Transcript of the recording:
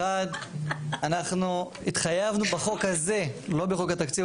אחת, אנחנו התחייבנו בחוק הזה, לא בחוק התקציב,